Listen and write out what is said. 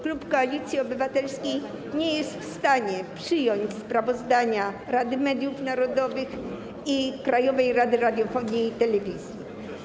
Klub Koalicji Obywatelskiej nie jest w stanie przyjąć sprawozdań Rady Mediów Narodowych i Krajowej Rady Radiofonii i Telewizji.